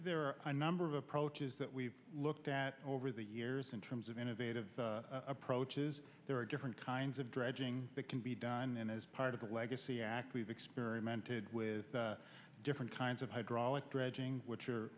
there are a number of approaches that we've looked at over the years in terms of innovative approaches there are different kinds of dredging that can be done and as part of the legacy act we've experimented with different kinds of hydraulic dredging which are